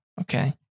okay